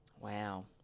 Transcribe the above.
Wow